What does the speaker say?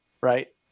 right